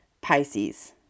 pisces